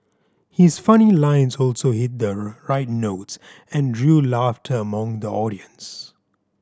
his funny lines also hit the right notes and drew laughter among the audience